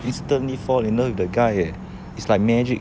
instantly fall in love with the guy eh it's like magic